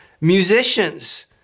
Musicians